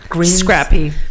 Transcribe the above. Scrappy